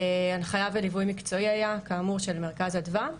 הנחיה וליווי מקצועי היה, כאמור של מרכז אדווה.